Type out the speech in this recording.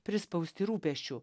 prispausti rūpesčių